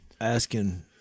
asking